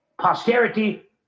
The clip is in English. posterity